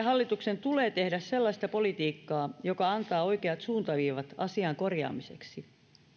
hallituksen tulee tehdä sellaista politiikkaa joka antaa oikeat suuntaviivat asian korjaamiseksi